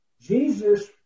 Jesus